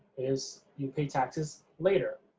is you pay taxes later,